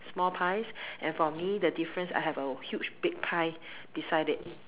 small pies and for me the difference I have a huge big pie beside it